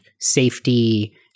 safety